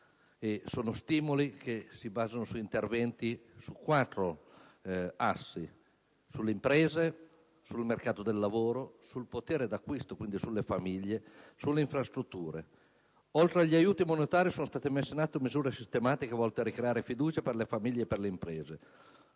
Sono stimoli che si basano su quattro assi di intervento: le imprese, il mercato del lavoro, il potere d'acquisto (quindi le famiglie), e le infrastrutture. Oltre agli aiuti monetari sono state messe in atto misure sistematiche volte a ricreare fiducia per le famiglie e per le imprese